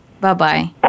Bye-bye